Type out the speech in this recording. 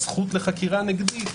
לזכות לחקירה נגדית,